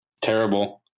Terrible